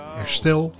herstel